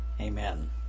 Amen